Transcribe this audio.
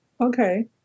okay